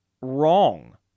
wrong